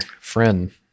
Friend